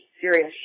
serious